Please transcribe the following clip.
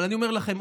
אבל אני אומר לכם,